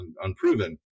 unproven